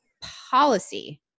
policy